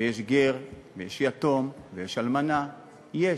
ויש גר, ויש יתום, ויש אלמנה, יש,